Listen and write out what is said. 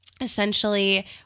essentially